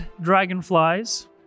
dragonflies